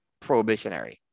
prohibitionary